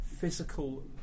physical